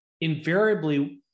invariably